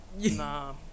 nah